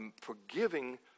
forgiving